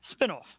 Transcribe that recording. Spinoff